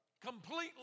Completely